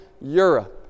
Europe